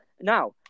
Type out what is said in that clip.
Now